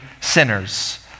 sinners